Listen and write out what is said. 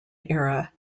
era